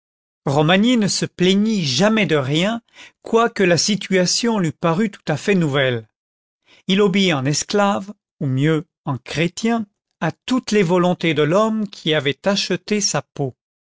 romagné ne se plaignit jamais de rien quoique la situation lui parût tout à fait nouvelle obéit en esclave ou mieux en chrétien à toutes les volontés de l'homme qui avait acheté sa peau